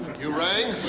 you rang?